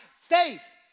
faith